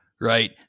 right